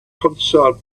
concerned